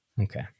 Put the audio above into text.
Okay